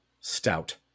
stout